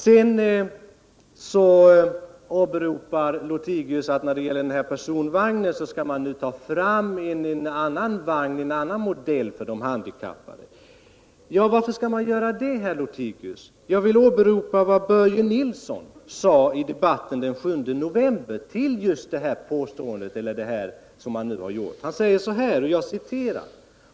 Sedan åberopar Lothigius att man skall ta fram en annan modell på personvagn för de handikappade. Varför skall man göra det, herr Lothigius? Jag vill åberopa det som Börje Nilsson sade i debatten den 7 november just med anledning av vad man nu beslutat.